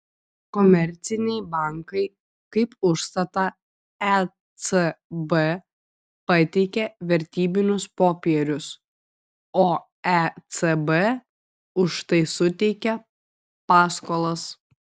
komerciniai bankai kaip užstatą ecb pateikia vertybinius popierius o ecb už tai suteikia paskolas